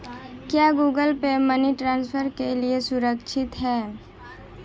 क्या Google Pay money transfer के लिए सुरक्षित है?